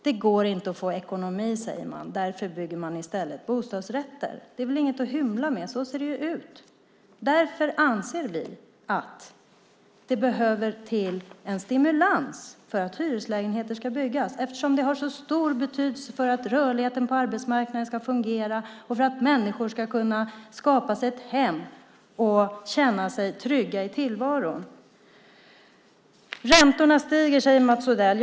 Det går inte att få ekonomi, sägs det, och därför bygger man i stället bostadsrätter. Det är väl inget att hymla om. Så ser det ut. Därför anser vi att det behövs en stimulans för att hyreslägenheter ska byggas. Det har nämligen stor betydelse för att rörligheten på arbetsmarknaden ska fungera och för att människor ska kunna skapa sig ett hem och känna sig trygga i tillvaron. Räntorna stiger, säger Mats Odell.